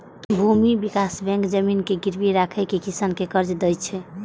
भूमि विकास बैंक जमीन के गिरवी राखि कें किसान कें कर्ज दै छै